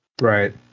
Right